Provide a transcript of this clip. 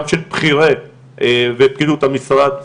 גם של בכירי ופקידות המשרד,